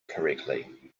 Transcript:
correctly